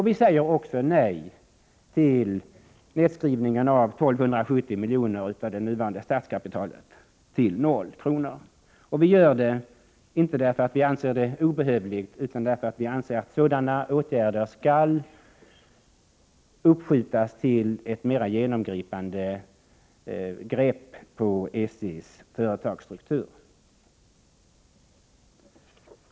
Vi säger också nej till nedskrivningen av 1 270 milj.kr. av det nuvarande statskapitalet till noll kronor — inte därför att vi anser den obehövlig utan därför att vi anser att sådana åtgärder skall uppskjutas till ett mera genomgripande grepp på SJ:s företagsstruktur.